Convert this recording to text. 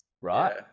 right